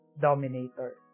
dominator